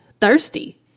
thirsty